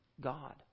God